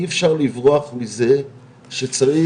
אי אפשר לברוח מזה שצריך